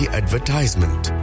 advertisement